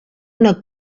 una